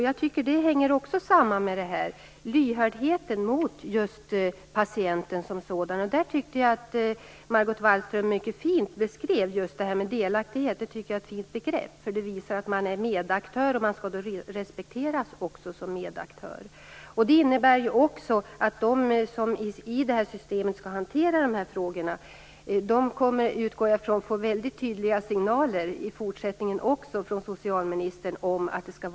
Jag tycker att detta hänger samman med lyhördheten för patienten. Margot Wallström beskrev delaktigheten mycket fint. Jag tycker att det är ett fint begrepp, som visar att patienten är medaktör och skall respekteras som en sådan. Det innebär också att jag utgår från att de som skall hantera dessa frågor i systemet får väldigt tydliga signaler också i fortsättningen från socialministern om detta.